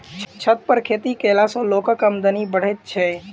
छत पर खेती कयला सॅ लोकक आमदनी बढ़ैत छै